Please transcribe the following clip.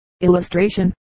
Illustration